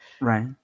Right